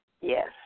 yes